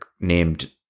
named